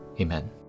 Amen